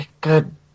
good